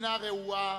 ספינה רעועה,